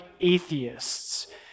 atheists